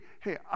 hey